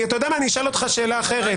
אני אשאל אותך שאלה אחרת.